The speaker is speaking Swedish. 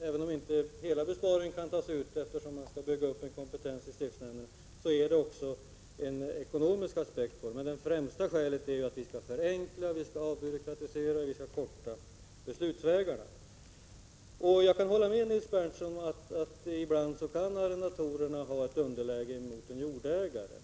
Även om inte hela besparingen kan tas ut, eftersom man skall bygga upp en kompetens i stiftsnämnderna, har frågan också en ekonomisk aspekt. Men framför allt handlar det om att förenkla, avbyråkratisera och förkorta beslutsvägarna. Jag kan hålla med Nils Berndtson om att arrendatorerna ibland kan ha ett underläge gentemot jordägaren.